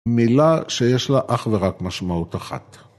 מילה שיש לה אך ורק משמעות אחת.